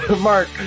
mark